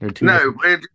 no